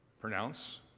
pronounce